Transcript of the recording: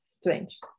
strange